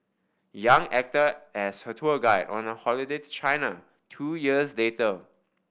Yang acted as her tour guide on a holiday to China two years later